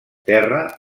terra